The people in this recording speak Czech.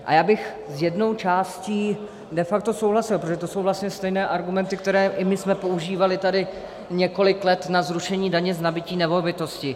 A já bych s jednou částí de facto souhlasil, protože to jsou vlastně stejné argumenty, které jsme i my používali několik let na zrušení daně z nabytí nemovitosti.